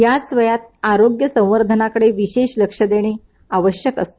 याच वयात आरोग्य संवर्धनाकडे विशेष लक्ष देणं महत्वाचं असते